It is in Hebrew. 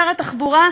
שר התחבורה,